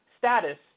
Status